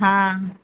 हाँ